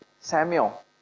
Samuel